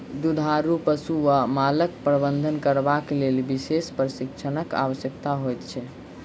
दुधारू पशु वा मालक प्रबंधन करबाक लेल विशेष प्रशिक्षणक आवश्यकता होइत छै